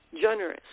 generous